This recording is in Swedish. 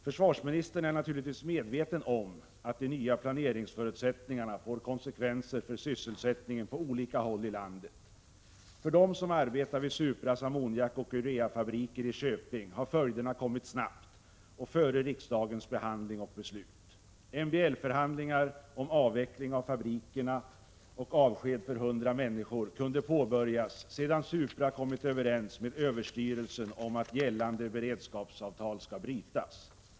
Försvarsministern är naturligtvis medveten om att de nya planeringsförutsättningarna får konsekvenser för sysselsättningen på olika håll i landet. För dem som arbetar vid Supras ammoniakoch ureafabriker i Köping har följderna kommit snabbt och före riksdagens behandling och beslut. MBL-förhandlingar om avveckling av fabriken och avsked för 100 människor kunde påbörjas sedan Supra kommit överens med överstyrelsen om att gällande beredskapsavtal skall brytas.